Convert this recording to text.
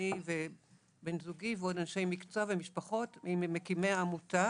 אני ובן זוגי ועוד אנשים מקצוע ומשפחות הם ממקימי העמותה